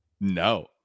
No